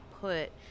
put